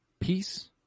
peace